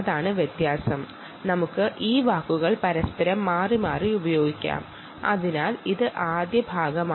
ഇതാണ് നമ്മൾ മനസ്സിലാക്കേണ്ട ആദ്യ ഭാഗം